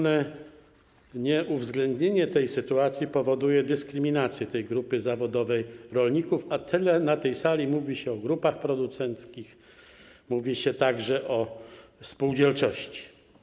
Nieuwzględnienie tej sytuacji powoduje dyskryminację grupy zawodowej rolników, a tyle na tej sali mówi się o grupach producenckich, mówi się także o spółdzielczości.